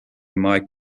mic